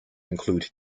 include